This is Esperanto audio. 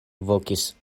vokis